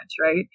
right